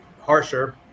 harsher